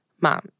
Mom